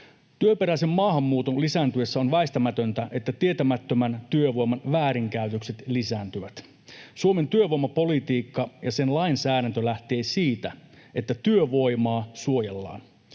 Työperäisen maahanmuuton lisääntyessä on väistämätöntä, että tietämättömän työvoiman väärinkäytökset lisääntyvät. Suomen työvoimapolitiikka ja sen lainsäädäntö lähtevät siitä, että työvoimaa suojellaan: